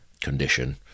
condition